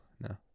no